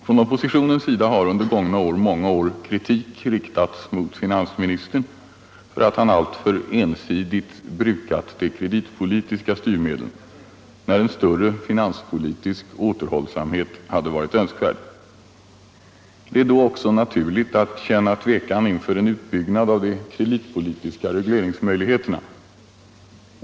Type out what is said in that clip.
Från oppositionens sida har under gångna år många gånger kritik riktats mot finansministern för att han alltför ensidigt brukat de kreditpolitiska styrmedlen, när en större finanspolitisk återhållsamhet hade varit önskvärd. Det är då också naturligt att känna tvekan inför en utbyggnad av de kreditpolitiska regleringsmöjligheterna.